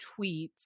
tweets